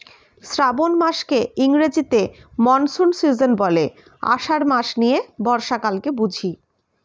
শ্রাবন মাসকে ইংরেজিতে monsoon season বলে, আষাঢ় মাস নিয়ে বর্ষাকালকে বুঝি